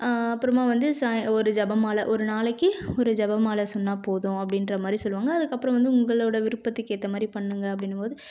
அப்பறமாக வந்து ஒரு ஜெபமால ஒரு நாளைக்கு ஒரு ஜெபமால சொன்னால் போதும் அப்படின்றமாரி சொல்லுவாங்க அதுக்கப்புறம் வந்து உங்களோடய விருப்பத்துக்கு ஏற்ற மாதிரி பண்ணுங்க அப்படின்னும் போது